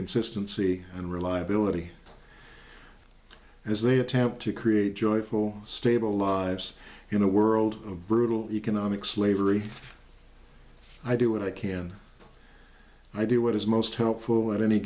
consistency and reliability as they attempt to create joyful stable lives in a world of brutal economic slavery i do what i can i do what is most helpful at any